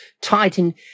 Titan